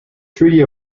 treaty